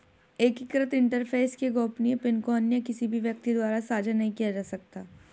एकीकृत इंटरफ़ेस के गोपनीय पिन को अन्य किसी भी व्यक्ति द्वारा साझा नहीं किया जा सकता